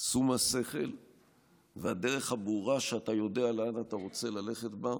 שום השכל והדרך הברורה שאתה יודע לאן אתה רוצה ללכת בה,